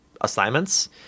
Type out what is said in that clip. assignments